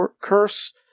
curse